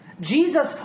Jesus